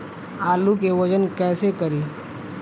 आलू के वजन कैसे करी?